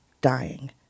dying